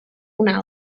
una